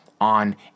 on